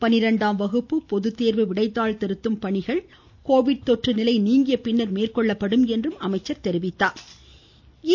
பன்னிரண்டாம் வகுப்பு பொதுத்தேர்வு விடைத்தாள் திருத்தும் பணியும் கோவிட் தொற்று நிலை நீங்கிய பின்னர் மேற்கொள்ளப்படும் என்றார்